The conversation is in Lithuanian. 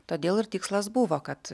todėl ir tikslas buvo kad